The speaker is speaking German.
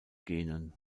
genen